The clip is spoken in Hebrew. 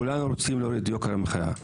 כולנו רוצים להוריד את יוקר המחיה.